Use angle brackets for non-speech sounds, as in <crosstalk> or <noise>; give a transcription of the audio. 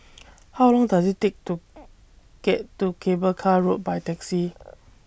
<noise> How Long Does IT Take to get to Cable Car Road By Taxi